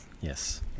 Yes